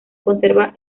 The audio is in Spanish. conserva